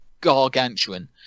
gargantuan